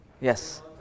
Yes